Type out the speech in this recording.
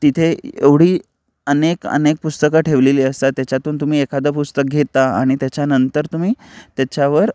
तिथे एवढी अनेक अनेक पुस्तकं ठेवलेली असतात त्याच्यातून तुम्ही एखादं पुस्तक घेता आणि त्याच्यानंतर तुम्ही त्याच्यावर